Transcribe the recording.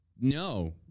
No